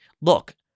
Look